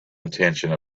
intention